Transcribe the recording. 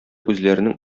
үзләренең